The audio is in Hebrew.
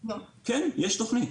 כן, יש תוכנית.